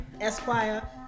Esquire